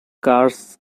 cars